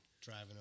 driving